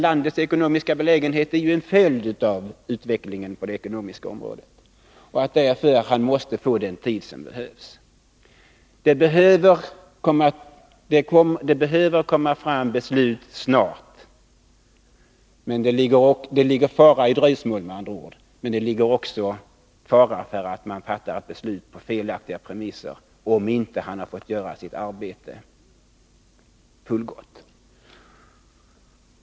Landets ekonomiska situation är ju en följd av utvecklingen på det ekonomiska området. Därför måste utredaren få den tid som behövs. Det måste komma fram beslut snart. Det ligger en fara i dröjsmål, med andra ord, men det ligger också en fara i att man fattar ett beslut på felaktiga premisser, om utredaren inte fått utföra sitt arbete fullgott.